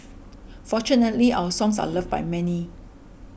fortunately our songs are loved by many